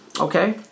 okay